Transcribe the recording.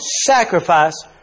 sacrifice